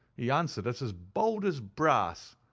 he answered us as bold as brass,